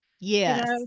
Yes